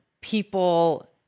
people